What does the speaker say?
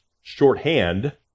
shorthand